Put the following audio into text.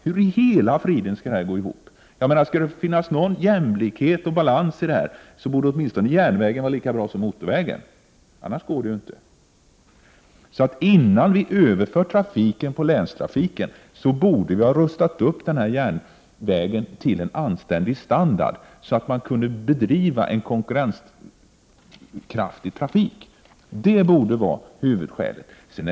Hur i hela friden skall detta gå ihop? Skall det finnas någon balans i detta bör järnvägen vara åtminstone lika bra som motorvägen. Innan vi överför trafiken till länstrafiken borde vi alltså ha rustat upp järnvägen till anständig standard, så att där kan bedrivas konkurrenskraftig trafik. Detta borde vara huvudskälet.